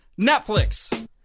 Netflix